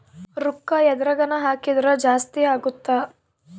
ರೂಕ್ಕ ಎದ್ರಗನ ಹಾಕಿದ್ರ ಜಾಸ್ತಿ ಅಗುತ್ತ